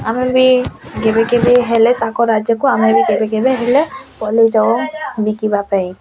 ଆମେ ବି କେବେ କେବେ ହେଲେ ତାଙ୍କ ରାଜ୍ୟକୁ ଆମେ ବି କେବେ କେବେ ହେଲେ ପଲେଇ ଯାଉ ବିକିବା ପାଇଁ